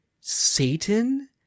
Satan